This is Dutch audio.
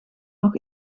nog